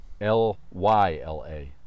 L-Y-L-A